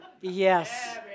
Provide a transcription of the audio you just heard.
Yes